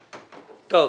טוב.